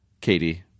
Katie